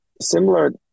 similar